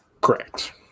correct